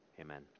Amen